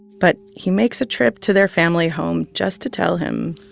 but he makes a trip to their family home just to tell him.